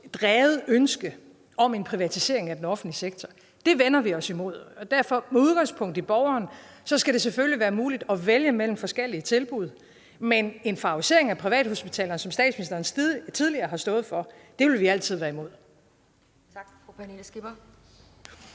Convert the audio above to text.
drevet ønske om en privatisering af den offentlige sektor. Det vender vi os imod. Derfor skal det med udgangspunkt i borgerne selvfølgelig være muligt at vælge imellem forskellige tilbud, men en favorisering af privathospitaler, som statsministeren tidligere har stået for, vil vi altid være imod. Kl. 10:21 Formanden (Pia